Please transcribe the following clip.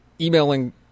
emailing